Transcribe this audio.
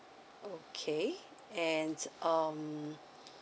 okay and um